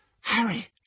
Harry